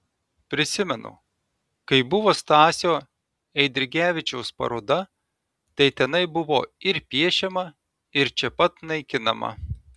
prisimenu kai buvo stasio eidrigevičiaus paroda tai tenai buvo ir piešiama ir čia pat naikinama